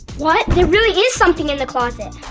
what? there really is something in the closet.